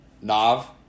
Nav